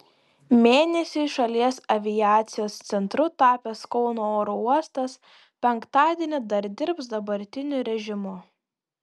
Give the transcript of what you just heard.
mėnesiui šalies aviacijos centru tapęs kauno oro uostas penktadienį dar dirbs dabartiniu režimu